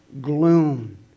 gloom